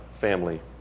family